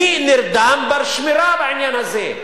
מי נרדם בשמירה בעניין הזה?